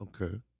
Okay